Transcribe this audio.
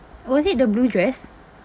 was it the blue dress